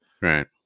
Right